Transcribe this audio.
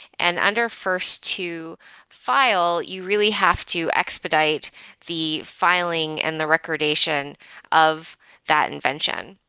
and under first to file, you really have to expedite the filing and the recordation of that invention.